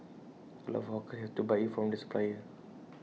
A lot of hawkers have to buy IT from the supplier